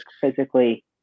physically